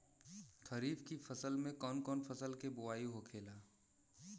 खरीफ की फसल में कौन कौन फसल के बोवाई होखेला?